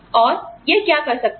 और यह क्या कर सकता है